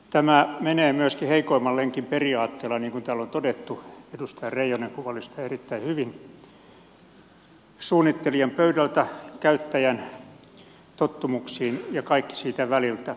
tämä menee myöskin heikoimman lenkin periaatteella niin kuin täällä on todettu edustaja reijonen kuvaili sitä erittäin hyvin suunnittelijan pöydältä käyttäjän tottumuksiin ja kaikki siitä väliltä